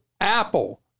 Apple